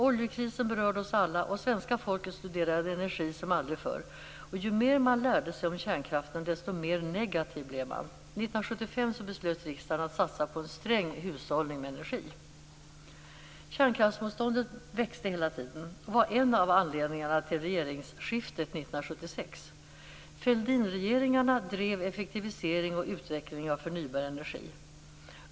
Oljekrisen berörde oss alla. Svenska folket studerade energi som aldrig förr. Ju mer man lärde sig om kärnkraften, desto mer negativ blev man. År 1975 beslöt riksdagen att satsa på en sträng hushållning med energi. Kärnkraftsmotståndet växte hela tiden och var en av anledningarna till regeringsskiftet 1976. Fälldinregeringarna drev frågor om effektivisering och utveckling av förnybar energi.